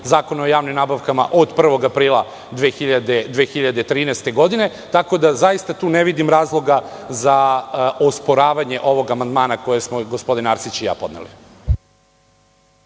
Zakona o javnim nabavkama od 1. aprila 2013. godine. Tako da, zaista tu ne vidim razloga za osporavanje ovog amandmana koji smo gospodin Arsić i ja podneli.